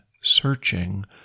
searching